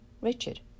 Richard